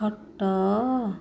ଖଟ